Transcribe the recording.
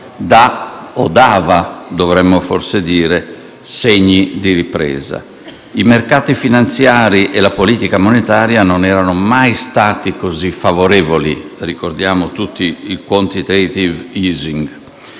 dà o dava - dovremmo forse dire - segni di ripresa. I mercati finanziari e la politica monetaria non erano mai stati così favorevoli. Ricordiamo tutti il *quantitative easing*.